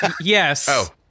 Yes